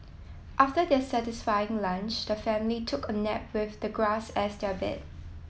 after their satisfying lunch the family took a nap with the grass as their bed